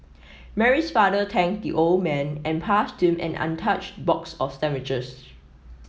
Mary's father thanked the old man and passed him an untouched box of sandwiches